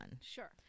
Sure